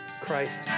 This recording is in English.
Christ